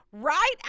Right